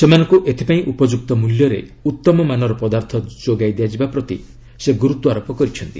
ସେମାନଙ୍କୁ ଏଥିପାଇଁ ଉପଯୁକ୍ତ ମୂଲ୍ୟରେ ଉତ୍ତମ ମାନର ପଦାର୍ଥ ଯୋଗାଇଦିଆଯିବା ପ୍ରତି ସେ ଗୁରୁତ୍ୱାରୋପ କରିଛନ୍ତି